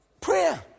Prayer